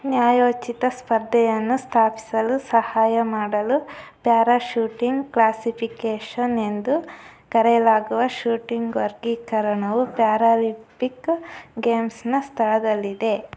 ನ್ಯಾಯೋಚಿತ ಸ್ಪರ್ಧೆಯನ್ನು ಸ್ಥಾಪಿಸಲು ಸಹಾಯ ಮಾಡಲು ಪ್ಯಾರಾ ಶೂಟಿಂಗ್ ಕ್ಲಾಸಿಫಿಕೇಷನ್ ಎಂದು ಕರೆಯಲಾಗುವ ಶೂಟಿಂಗ್ ವರ್ಗೀಕರಣವು ಪ್ಯಾರಾಲಿಂಪಿಕ್ ಗೇಮ್ಸ್ನ ಸ್ಥಳದಲ್ಲಿದೆ